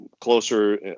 closer